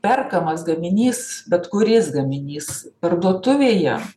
perkamas gaminys bet kuris gaminys parduotuvėje